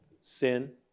sin